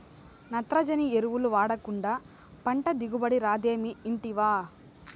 నత్రజని ఎరువులు వాడకుండా పంట దిగుబడి రాదమ్మీ ఇంటివా